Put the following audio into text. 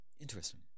Interesting